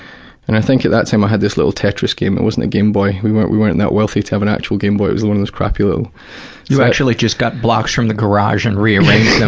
and i think at that time, i had this little tetris game. it wasn't a game boy, we weren't we weren't that wealthy to have an actual game boy. it was one of those crappy little, paul you actually just got blocks from the garage and rearranged